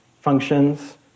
functions